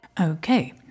Okay